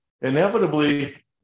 inevitably